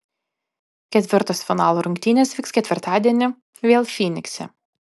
ketvirtos finalo rungtynės vyks ketvirtadienį vėl fynikse